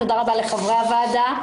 תודה רבה לחברי הוועדה.